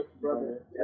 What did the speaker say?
brother